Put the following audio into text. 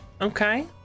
Okay